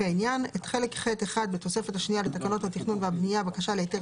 לפי העניין: חלק ח'1 בתוספת השנייה לתקנות התכנון והבנייה (בקשה להיתר,